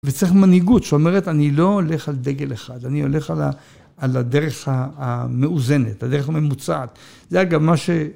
וצריך מנהיגות, שאומרת, אני לא הולך על דגל אחד, אני הולך על הדרך המאוזנת, הדרך הממוצעת. זה גם מה ש...